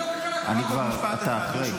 אני מודע לפתרון -- אני כבר --- אתה אחרי.